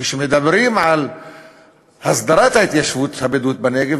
כשמדברים על הסדרת ההתיישבות הבדואית בנגב,